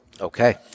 Okay